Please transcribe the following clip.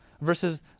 versus